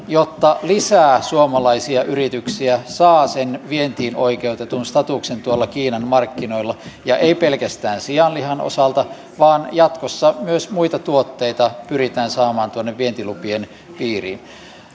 jotta lisää suomalaisia yrityksiä saa sen vientiin oikeutetun statuksen tuolla kiinan markkinoilla ja ei pelkästään sianlihan osalta vaan jatkossa myös muita tuotteita pyritään saamaan tuonne vientilupien piiriin